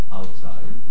outside